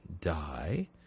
die